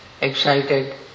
excited